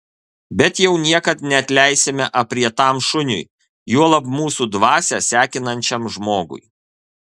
bet jau niekad neatleisime aprietam šuniui juolab mūsų dvasią sekinančiam žmogui